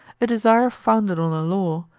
a desire founded on a law,